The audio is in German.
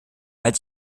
weil